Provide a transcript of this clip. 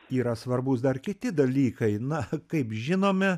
yra svarbūs dar kiti dalykai na kaip žinome